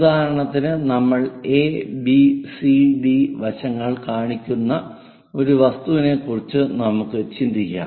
ഉദാഹരണത്തിന് നമ്മൾ a b c d വശങ്ങൾ കാണിക്കുന്ന ഒരു വസ്തുവിനെക്കുറിച്ച് നമുക്ക് ചിന്തിക്കാം